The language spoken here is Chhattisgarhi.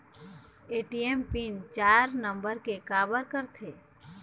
ए.टी.एम पिन चार नंबर के काबर करथे?